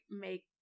make